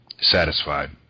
satisfied